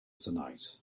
tonight